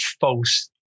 false